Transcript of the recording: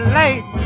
late